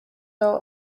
earl